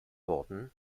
worten